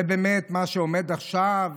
זה באמת מה שעומד עכשיו